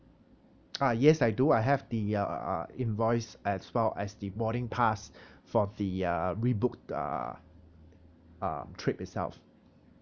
ah yes I do I have the uh invoice as well as the boarding pass for the uh rebooked uh um trip itself